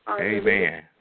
Amen